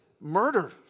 murder